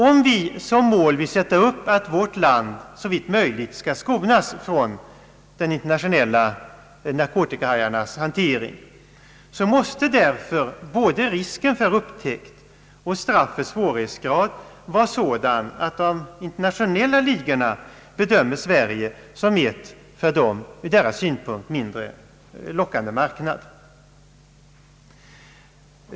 Om vi som mål vill sätta upp att vårt land såvitt möjligt skall skonas från de internationella narkotikahajarnas hantering, måste därför både risken för upptäckt och straffets svårighetsgrad vara sådana att de internationella ligorna bedömer Sverige som en från deras synpunkt mindre lockande marknad.